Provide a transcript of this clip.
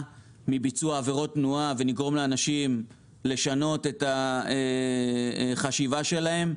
מביצוע עבירות תנועה ונגרום לאנשים לשנות את החשיבה שלהם.